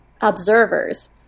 observers